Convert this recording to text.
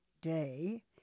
day